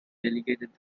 delegated